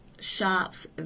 shops